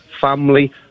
family